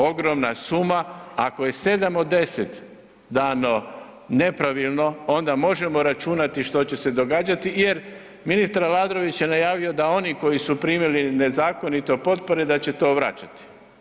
Ogromna suma, ako je 7 od 10 dano nepravilno, onda možemo računati što će se događati jer ministar Aladrović je najavio da oni koji su primili nezakonito potpore da će to vraćati.